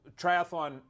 triathlon